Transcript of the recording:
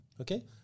Okay